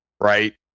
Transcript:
Right